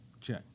Check